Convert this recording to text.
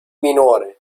minore